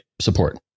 support